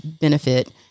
benefit